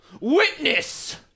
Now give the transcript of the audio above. witness